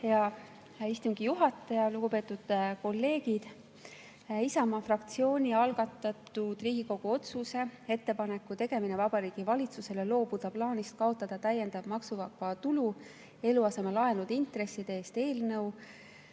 Hea istungi juhataja! Lugupeetud kolleegid! Isamaa fraktsiooni algatatud Riigikogu otsuse "Ettepaneku tegemine Vabariigi Valitsusele loobuda plaanist kaotada täiendav maksuvaba tulu eluasemelaenude intresside eest" eelnõu